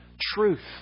truth